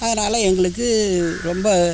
அதனால் எங்களுக்கு ரொம்ப